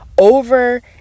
over